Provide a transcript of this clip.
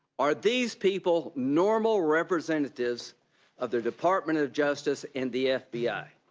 are these people normal representatives of the department of justice and the f b i?